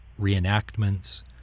reenactments